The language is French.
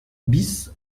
bis